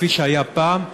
כפי שהיה פעם,